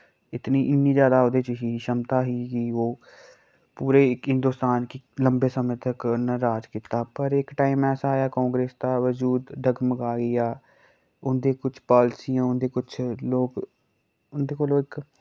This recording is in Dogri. इतनी इन्नी जैदा ओह्दे च ही शमता ही कि ओह् पूरे इक हिन्दोस्तान कि लंबे समें तक उनैं राज कीता पर इक टाइम ऐसा आया कांग्रेस दा वजूद डगमगाई गेआ उंदी कुछ पालसियां उंदे कुछ लोक उंदे कोलो इक